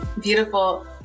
beautiful